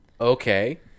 Okay